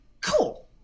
Cool